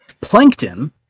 Plankton